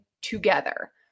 together